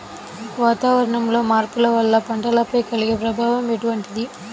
వాతావరణంలో మార్పుల వల్ల పంటలపై కలిగే ప్రభావం ఎటువంటిది?